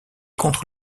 contre